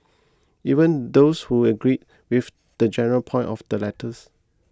even those who agreed with the general point of the letters